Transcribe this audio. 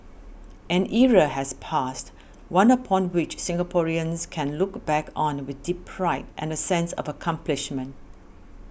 an era has passed one upon which Singaporeans can look back on with deep pride and a sense of accomplishment